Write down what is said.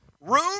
Room